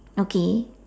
okay